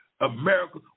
America